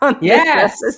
Yes